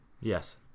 yes